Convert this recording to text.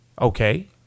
Okay